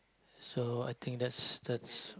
so I think that's that's